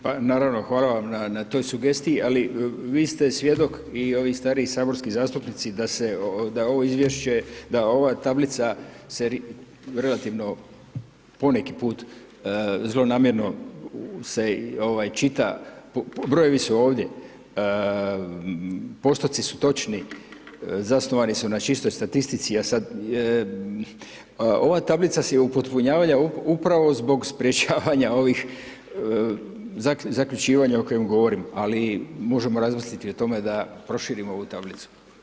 Pa naravno, hvala vam na toj sugestiji, ali vi ste svjedok i ovi stariji saborski zastupnici da se, da ovo izvješće, da ova tablica se relativno poneki put zlonamjerno se čita, brojevi su ovdje, postoci su točni, zasnovani su na čistoj statistici, a sad, ova tablica se i upotpunjava upravo zbog sprečavanja ovih, zaključivanja o kojem govorim, ali možemo razmisliti o tome da proširimo ovu tablicu.